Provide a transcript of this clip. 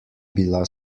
bila